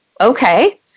Okay